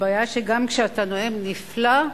הבעיה שגם כשאתה נואם נפלא,